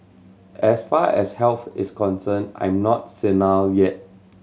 as far as health is concerned I'm not senile yet